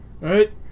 right